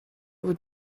would